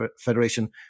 Federation